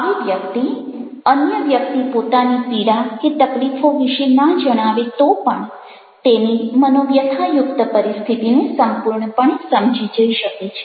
આવી વ્યક્તિ અન્ય વ્યક્તિ પોતાની પીડા કે તકલીફો વિશે ન જણાવે તો પણ તેની મનોવ્યથાયુક્ત પરિસ્થિતિને સંપૂર્ણપણે સમજી જઈ શકે છે